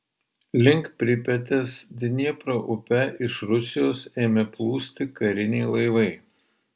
link pripetės dniepro upe iš rusijos ėmė plūsti kariniai laivai